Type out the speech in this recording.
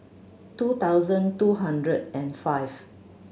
two thousand two hundred and five